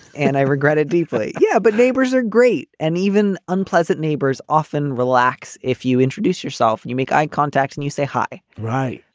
and i regret it deeply. yeah, but neighbors are great and even unpleasant. neighbors often relax. if you introduce yourself and you make eye contact and you say hi right.